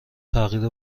تغییر